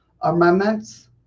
amendments